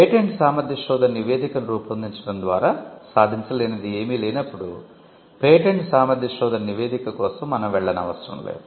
patent సామర్థ్య శోధన నివేదికను రూపొందించడం ద్వారా సాధించలేనిది ఏమీ లేనప్పుడు పేటెంట్ సామర్థ్య శోధన నివేదిక కోసం మనం వెళ్ళనవసరం లేదు